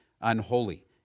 unholy